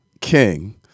king